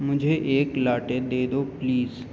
مجھے ایک لاٹے دے دو پلیز